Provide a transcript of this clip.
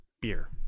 beer